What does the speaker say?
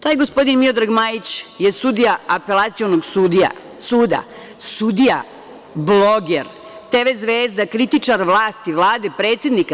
Taj gospodin Miodrag Majić je sudija Apelacionog suda, sudija, bloger, TV zvezda, kritičar vlasti, Vlade, predsednika.